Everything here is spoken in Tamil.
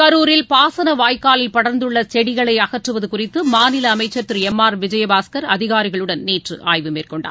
கரூரில் பாசனவாய்க்காலில் படர்ந்துள்ளசெடிகளைஅகற்றுவதுகுறித்தமாநிலஅமைச்சர் திருளம் ஆர் விஜயபாஸ்கர் அதிகாரிகளுடன் நேற்றுஆய்வு மேற்கொண்டார்